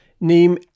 Name